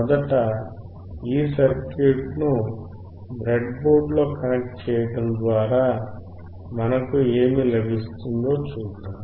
మొదట ఈ సర్క్యూట్ను బ్రెడ్బోర్డ్లో కనెక్ట్ చేయడం ద్వారా మనకు ఏమి లభిస్తుందో చూద్దాం